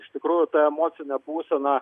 iš tikrųjų tą emocinę būseną